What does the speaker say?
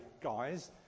guys